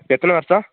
எத்தனை வருஷம்